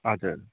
हजुर